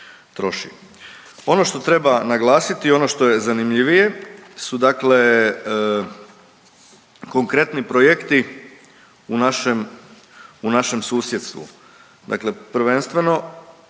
Ono što treba naglasiti i ono što je zanimljivije su dakle konkretni projekti u našem, u našem susjedstvu. Dakle prvenstveno